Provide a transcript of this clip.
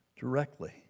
directly